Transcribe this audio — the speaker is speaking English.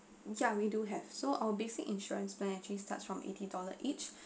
ya we do have so our basic insurance plan actually starts from eighty dollars each